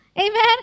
Amen